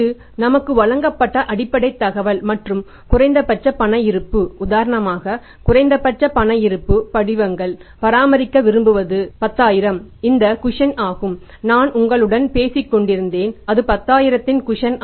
இது நமக்கு வழங்கப்பட்ட அடிப்படை தகவல் மற்றும் குறைந்தபட்ச பண இருப்பு உதாரணமாக குறைந்தபட்ச பண இருப்பு படிவங்கள் பராமரிக்க விரும்புவது 10000 இது குஷன்